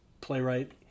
playwright